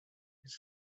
his